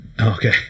okay